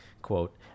quote